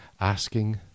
asking